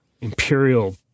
Imperial